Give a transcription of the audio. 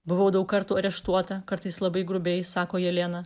buvau daug kartų areštuota kartais labai grubiai sako jelena